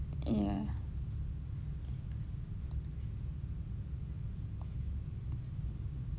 ya